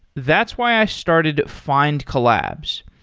that's why i started findcollabs.